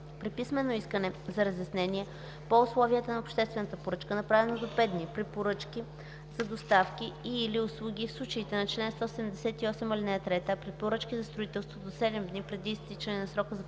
При писмено искане за разяснения по условията на обществената поръчка, направено до 5 дни – при поръчки за доставки и/или услуги и в случаите на чл. 178, ал. 3, а при поръчки за строителство – до 7 дни, преди изтичането на срока за получаване